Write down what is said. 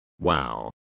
Wow